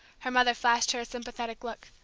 her mother flashed her a sympathetic look.